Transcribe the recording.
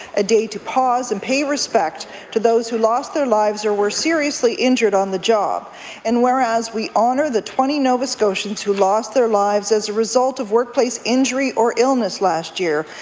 a day to pause and pay respect to those who lost their lives or were seriously injured on the job and whereas we honour the twenty nova scotians who lost their lives as a result of workplace injury or illness last year,